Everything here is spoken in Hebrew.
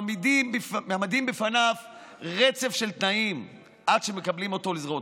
מעמידים בפניו רצף של תנאים עד שמקבלים אותו לזרועותינו.